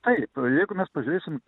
taip jeigu mes pažiūrėsim